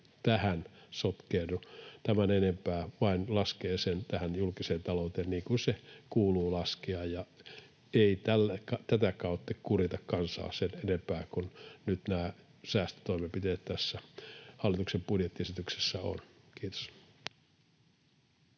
tähän sotkeudu tämän enempää vaan laskee sen tähän julkiseen talouteen, niin kuin se kuuluu laskea, eikä tätä kautta kurita kansaa sen enempää kuin nyt nämä säästötoimenpiteet tässä hallituksen budjettiesityksessä ovat. — Kiitos.